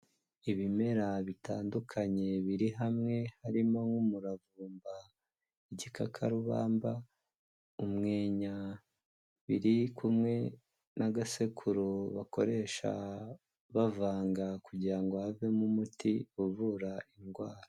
Ibimera bitandukanye biri hamwe harimo nk'umuravumba, igikakarubamba, umwenya, biri kumwe n'agasekuru bakoresha bavanga kugira ngo havemo umuti uvura indwara.